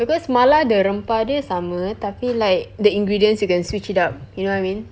because mala the rempah dia sama tapi like the ingredients you can switch it up you know what I mean